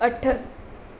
अठ